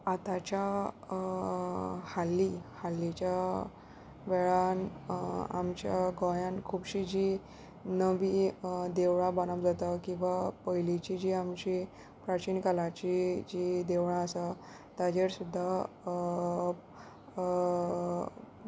आतांच्या हाल्लीं हाल्लींच्या वेळान आमच्या गोंयान खुबशीं जीं नवीं देवळां बांदप जाता किंवा पयलींचीं जीं आमचीं प्राचीन कालाचीं जीं देवळां आसा ताजेर सुद्दां